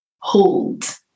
hold